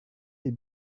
les